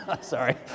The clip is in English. sorry